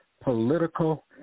political